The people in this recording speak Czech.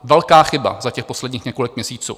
Velká chyba za těch posledních několik měsíců.